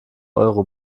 euro